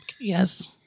Yes